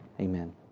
amen